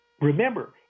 Remember